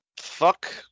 Fuck